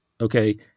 Okay